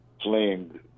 playing